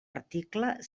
article